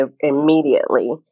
immediately